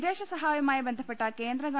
വിദേശസ്ഹായവുമായി ബന്ധപ്പെട്ട കേന്ദ്ര ഗവ